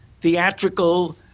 theatrical